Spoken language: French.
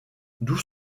d’où